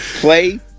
Play